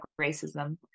racism